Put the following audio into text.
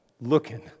looking